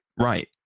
right